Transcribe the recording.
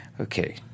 okay